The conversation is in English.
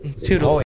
toodles